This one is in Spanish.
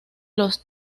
los